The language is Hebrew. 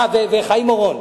אה, וחיים אורון,